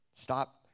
Stop